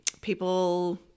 People